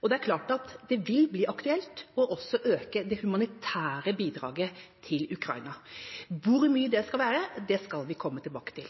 og det er klart at det vil bli aktuelt også å øke det humanitære bidraget til Ukraina. Hvor mye det skal være, skal vi komme tilbake til.